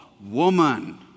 woman